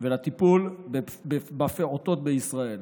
ולטיפול בפעוטות בישראל.